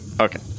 Okay